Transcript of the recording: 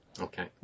Okay